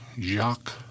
Jacques